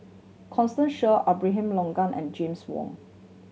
Constance Sheare Abraham Logan and James Wong